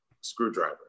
screwdriver